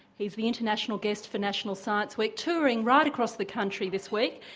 he's the international guest for national science week touring right across the country this week,